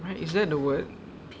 right is that the word